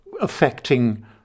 affecting